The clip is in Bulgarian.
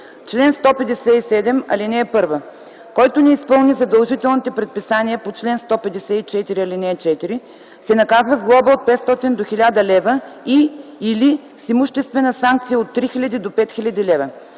„Чл. 157. (1) Който не изпълни задължителните предписания по чл. 154, ал. 4, се наказва с глоба от 500 до 1000 лв. и/или с имуществена санкция от 3000 до 5000 лв.